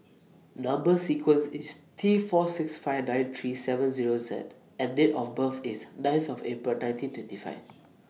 Number sequence IS T four six five nine three seven Zero Z and Date of birth IS ninth of April nineteen twenty five